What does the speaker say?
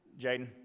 Jaden